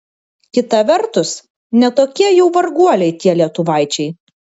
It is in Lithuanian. kita vertus ne tokie jau varguoliai tie lietuvaičiai